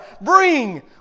bring